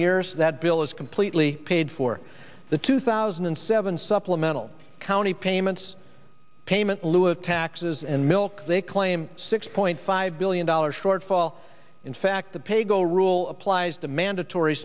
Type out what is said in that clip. years that bill is completely paid for the two thousand and seven supplemental county payments payment lieu of taxes and milk they claim six point five billion dollars shortfall in fact the pay go rule applies to mandatory